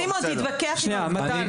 סימון תתווכח עם העובדות.